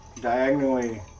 diagonally